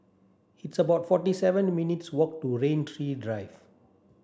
it's about forty seven minutes' walk to Rain Tree Drive